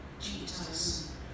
Jesus